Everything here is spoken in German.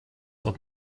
dort